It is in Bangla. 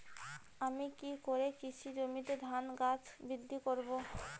আমি কী করে কৃষি জমিতে ধান গাছ বৃদ্ধি করব?